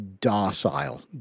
docile